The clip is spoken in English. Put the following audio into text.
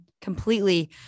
completely